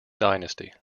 dynasty